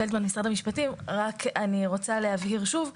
רק אני רוצה להבהיר שוב,